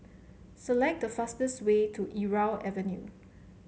select the fastest way to Irau Avenue